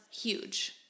huge